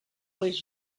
was